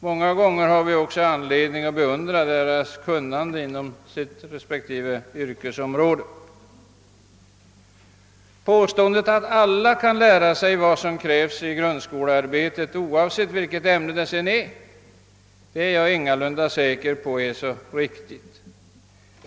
Många gånger har vi anledning att beundra deras kunnande inom deras respektive yrkesområde. Påståendet att alla kan lära sig vad som krävs i grundskolearbetet, oavsett vilka ämnen det gäller, är jag ingalunda säker på är så riktigt.